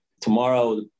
Tomorrow